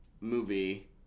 movie